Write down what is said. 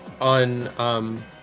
on